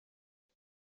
aba